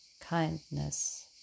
kindness